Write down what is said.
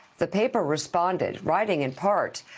the paper responded, writing in part,